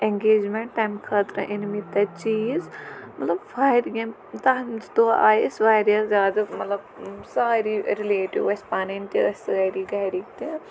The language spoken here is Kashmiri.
اٮ۪نٛگیجمٮ۪نٛٹ تَمہِ خٲطرٕ أنۍ مےٚ تَتہِ چیٖز مطلب واریاہ یِم تَتھ دۄہ آے أسۍ واریاہ زیادٕ مطلب سارے رِلیٹِو ٲسۍ پَنٕںۍ تہِ ٲسۍ ساری گَرِکۍ تہِ